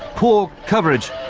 poor coverage.